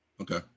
okay